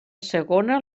segona